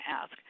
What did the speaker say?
ask